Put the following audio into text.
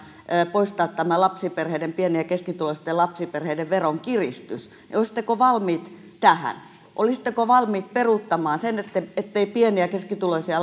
poistaa tämä pieni ja keskituloisten lapsiperheiden veronkiristys niin olisitteko valmiit tähän olisitteko valmiit peruuttamaan sen ettei ettei pieni ja keskituloisia